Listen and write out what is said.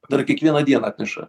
dar kiekvieną dieną atneša